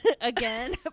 again